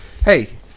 hey